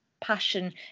passion